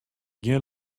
gjin